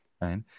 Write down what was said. right